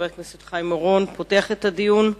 חבר הכנסת חיים אורון פותח את הדיון,